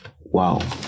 Wow